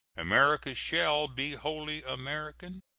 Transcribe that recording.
america shall be wholly american.